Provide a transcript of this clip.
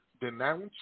denounce